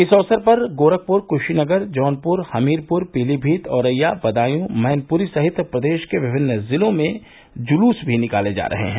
इस अवसर पर क्शीनगर जौनपुर हमीरपुर पीलीमीत औरैया बदायूं मैनपूरी सहित प्रदेश के विभिन्न जिलों में जुलुस भी निकाले जा रहे हैं